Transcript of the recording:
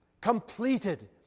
completed